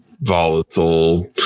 volatile